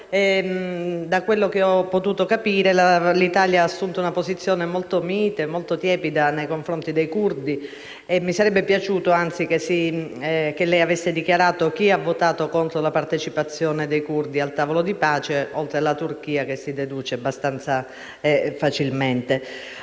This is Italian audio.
Da quello che ho potuto capire, l'Italia ha assunto una posizione molto mite e tiepida nei confronti dei curdi. Mi sarebbe, anzi, piaciuto che lei avesse dichiarato chi ha votato contro la partecipazione dei curdi al tavolo di pace, oltre alla Turchia che si deduce abbastanza facilmente.